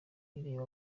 ireba